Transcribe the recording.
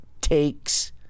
takes